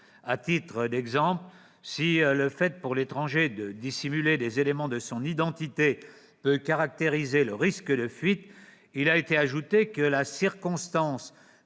À titre d'exemple, si le fait pour l'étranger de dissimuler des éléments de son identité peut caractériser le risque de fuite, il a été ajouté que la circonstance